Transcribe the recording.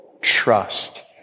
trust